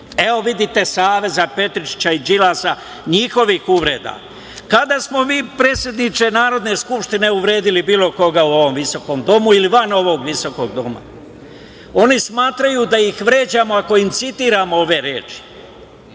Evo, vidite saveza Petričića i Đilasa, njihovih uvreda. Kada smo mi, predsedniče Narodne skupštine, uvredili bilo koga u ovom visokom domu ili van ovog visokog doma? Oni smatraju da ih vređamo ako im citiramo ove reči.